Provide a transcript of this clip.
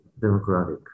democratic